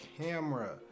camera